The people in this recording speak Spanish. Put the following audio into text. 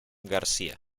garcía